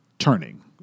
turning